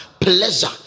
pleasure